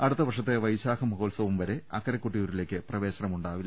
അടുത്ത വർഷത്തെ വൈശാ ഖമഹോത്സവം വരെ അക്കരെ കൊട്ടിയൂരിലേക്ക് പ്രവേശനമുണ്ടാവില്ല